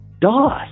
DOS